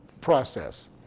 process